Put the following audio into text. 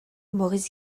maurice